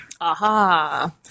Aha